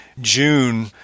June-